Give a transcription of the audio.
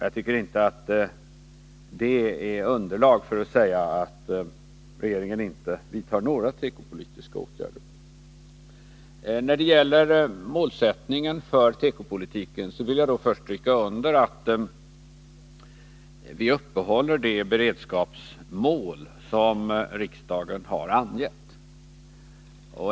Jag tycker inte att det ger underlag för att säga att regeringen inte vidtar några tekopolitiska åtgärder. När det gäller målsättningen för tekopolitiken vill jag först stryka under att vi upprätthåller de beredskapsmål som riksdagen har angett.